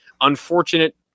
unfortunate